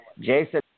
Jason